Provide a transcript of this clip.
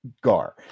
Gar